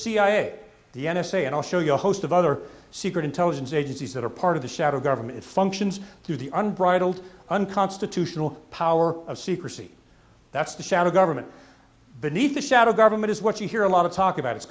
cia the n s a and i'll show you a host of other secret intelligence agencies that are part of the shadow government functions through the unbridled unconstitutional power of secrecy that's the shadow government beneath the shadow government is what you hear a lot of talk about it's